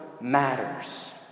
matters